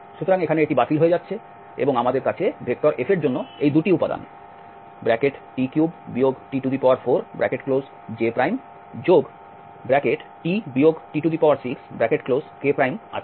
সুতরাং এখানে এটি বাতিল হয়ে যাচ্ছে এবং আমাদের কাছে F এর জন্য এই 2 টি উপাদান t3 t4jt t6k আছে